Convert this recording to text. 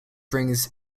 brings